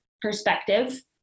perspective